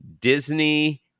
disney